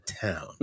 Town